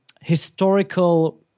historical